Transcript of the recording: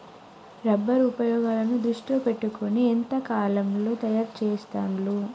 rubber ఉపయోగాలను దృష్టిలో పెట్టుకొని ఎంత కావాలో తయారు చెస్తాండ్లు